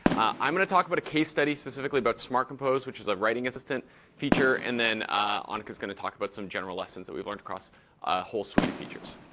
i'm going to talk about a case study, specifically about smart compose, which is a writing assistant feature. and then annika um like is going to talk about some general lessons that we've learned across a whole suite of features.